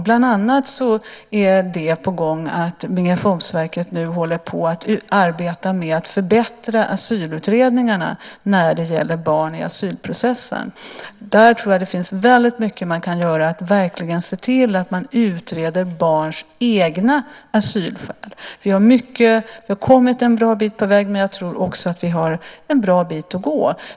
Bland annat håller Migrationsverket på att arbeta med att förbättra asylutredningarna när det gäller barn i asylprocessen. Där tror jag att det finns mycket att göra, att verkligen se till att utreda barns egna asylskäl. Vi har kommit en bra bit på väg, men jag tror också att vi har en bra bit att gå.